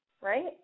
right